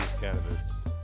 cannabis